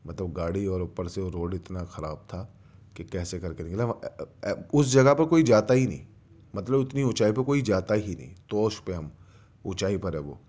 مطلب گاڑی اور اوپر سے روڈ اتنا خراب تھا کہ کیسے کر کے اس جگہ پر کوئی جاتا ہی نہیں مطلب اتنی اونچائی پر کوئی جاتا ہی نہیں جوش میں ہم اونچائی پر ہے وہ